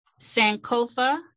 Sankofa